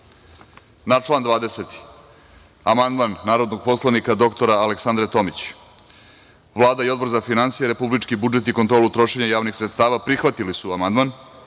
član 20. amandman narodnog poslanika dr Aleksandre Tomić, Vlada i Odbor za finansije, republički budžet i kontrolu trošenja javnih sredstava, prihvatili su amandman. Odbor